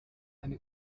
eine